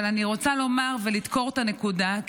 אבל אני רוצה לומר ולדקור את הנקודה,